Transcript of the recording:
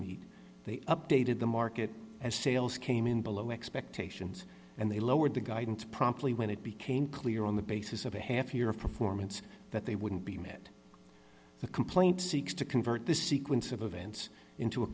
meet they updated the market and sales came in below expectations and they lowered the guidance promptly when it became clear on the basis of a half year of performance that they wouldn't be met the complaint seeks to convert the sequence of events into a